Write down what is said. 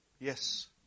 Yes